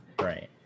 Right